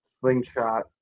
slingshot